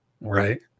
Right